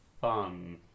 fun